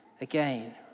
again